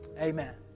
Amen